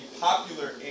popular